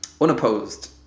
unopposed